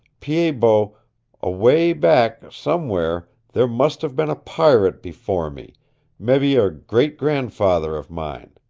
pied-bot, away back somewhere there must have been a pirate before me mebby a great-grandfather of mine.